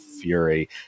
fury